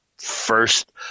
first